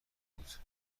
بود